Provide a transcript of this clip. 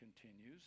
continues